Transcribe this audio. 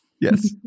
Yes